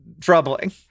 troubling